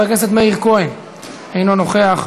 חבר הכנסת מאיר כהן, אינו נוכח.